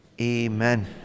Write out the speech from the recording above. Amen